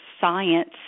science